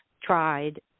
tried